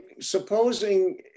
supposing